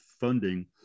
funding